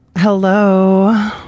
Hello